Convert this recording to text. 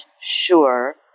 sure